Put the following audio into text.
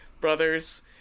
brothers